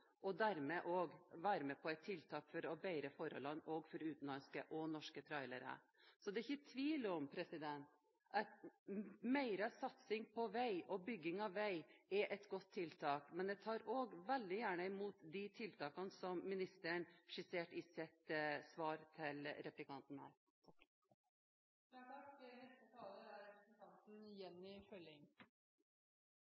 og dermed også være med på et tiltak for å bedre forholdene også for utenlandske og norske trailere. Det er ikke tvil om at mer satsing på vei og bygging av vei er gode tiltak, men jeg tar også veldig gjerne imot de tiltakene som ministeren skisserte i sitt svar til interpellanten. Takk til interpellanten Juvik som tek opp dette viktige temaet. Vi er